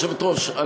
גברתי היושבת-ראש,